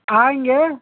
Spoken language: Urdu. آئیں گے